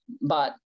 But-